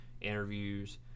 interviews